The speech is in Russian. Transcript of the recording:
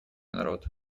народ